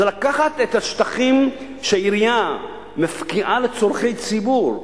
זה לקחת את השטחים שהעירייה מפקיעה לצורכי ציבור,